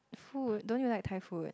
food don't you like Thai food